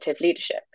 leadership